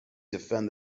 defend